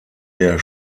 der